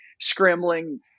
scrambling